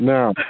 Now